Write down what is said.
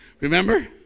Remember